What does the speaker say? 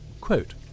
Quote